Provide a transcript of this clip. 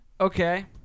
Okay